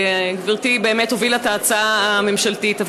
וגברתי באמת הובילה את ההצעה הממשלתית.